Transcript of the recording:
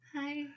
Hi